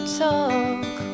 talk